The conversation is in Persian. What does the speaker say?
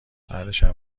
بعدشم